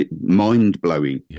mind-blowing